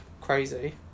crazy